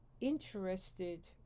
interested